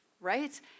right